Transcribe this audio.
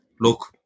Look